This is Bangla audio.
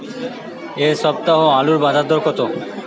এ সপ্তাহে আলুর বাজার দর কত?